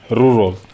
rural